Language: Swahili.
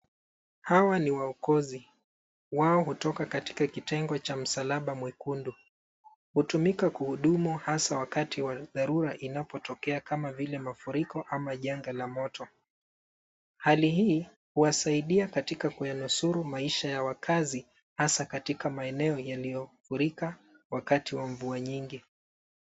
Hawa ni waokozi. Wao hutoka katika kitengo cha msalaba mwekundu. Hutumika kuhudumu hasa wakati wa dharura inapotokea kama vile mafuriko ama janga la moto. Hali hii huwasaidia katika kuwanusuru maisha ya wakazi hasa katika maeneo yaliyofurika wakati wa mvua nyingi.